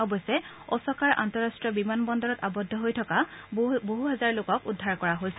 অৱশ্যে অছাকাৰ আন্তঃৰাষ্ট্ৰীয় বিমান বন্দৰত আবদ্ধ হৈ থকা বহু হাজাৰ লোকক উদ্ধাৰ কৰা হৈছে